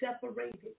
separated